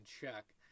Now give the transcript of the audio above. check